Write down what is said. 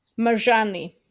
Marjani